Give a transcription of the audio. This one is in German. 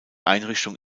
einrichtung